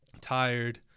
tired